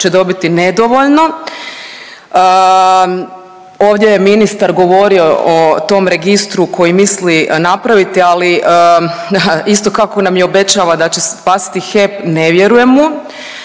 će dobiti nedovoljno. Ovdje je ministar govorio o tom registru koji misli napraviti, ali isto kako nam je obećao da će spasiti HEP ne vjerujem mu